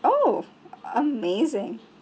oh amazing